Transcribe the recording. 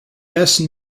best